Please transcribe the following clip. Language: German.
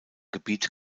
gebiet